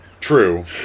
True